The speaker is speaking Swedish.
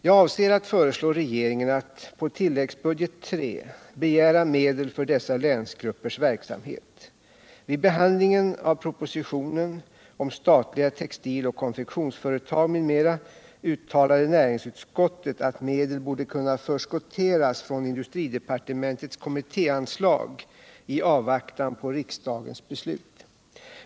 Jag avser att föreslå regeringen att på tilläggsbudget III begära medel för dessa länsgruppers verksamhet. Vid behandlingen av propositionen att medel borde kunna förskotteras från industridepartementets kommittéanslag i avvaktan på riksdagens beslut.